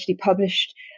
published